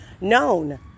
known